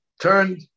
turned